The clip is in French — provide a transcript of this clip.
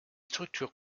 structures